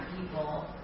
people